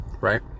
Right